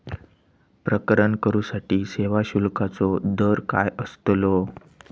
प्रकरण करूसाठी सेवा शुल्काचो दर काय अस्तलो?